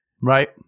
right